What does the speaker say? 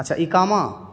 اچھا اقامہ